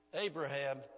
Abraham